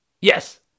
Yes